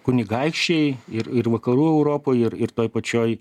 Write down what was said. kunigaikščiai ir ir vakarų europoj ir ir toj pačioj